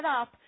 up